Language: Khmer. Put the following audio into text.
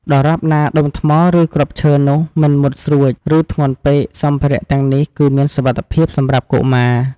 ដរាបណាដុំថ្ម ឬគ្រាប់ឈើនោះមិនមុតស្រួច ឬធ្ងន់ពេក សម្ភារៈទាំងនេះ គឺមានសុវត្ថិភាពសម្រាប់កុមារ។